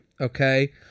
Okay